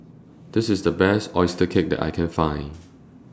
This IS The Best Oyster Cake that I Can Find